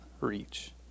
reach